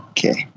Okay